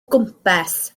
gwmpas